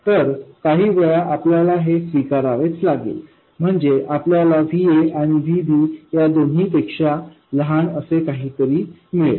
तर काही वेळा आपल्याला हे स्वीकारावेच लागते म्हणजे आपल्याला VaआणिVb या दोन्ही पेक्षा लहान असे काहीतरी मिळेल